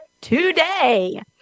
today